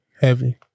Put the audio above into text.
Heavy